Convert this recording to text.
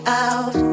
out